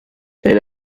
elle